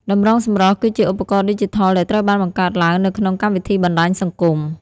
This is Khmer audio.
តម្រងសម្រស់ គឺជាឧបករណ៍ឌីជីថលដែលត្រូវបានបង្កើតឡើងនៅក្នុងកម្មវិធីបណ្ដាញសង្គម។